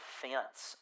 fence